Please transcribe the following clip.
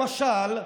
למשל,